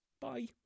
bye